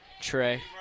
Trey